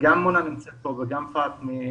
גם מונא נמצאת פה וגם פאטמה,